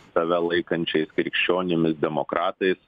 save laikančiais krikščionimis demokratais